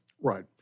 Right